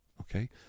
Okay